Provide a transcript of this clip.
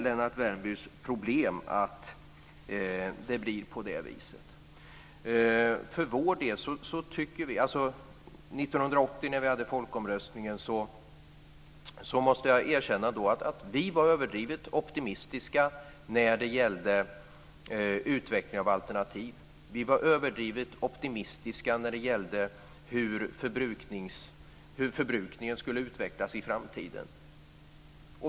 Lennart Värmbys problem är att det blir så. Jag erkänner att vi vid folkomröstningen 1980 var överdrivet optimistiska när det gällde utveckling av alternativ. Vi var överdrivet optimistiska när det gällde hur förbrukningen skulle utvecklas i framtiden.